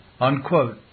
Unquote